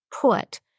put